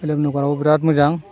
विलियामनगराव बिराद मोजां